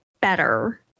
better